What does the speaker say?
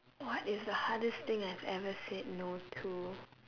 what is the hardest thing I have ever said no to